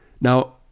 Now